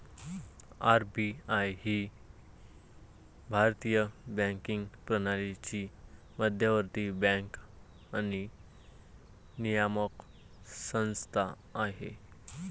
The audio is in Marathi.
आर.बी.आय ही भारतीय बँकिंग प्रणालीची मध्यवर्ती बँक आणि नियामक संस्था आहे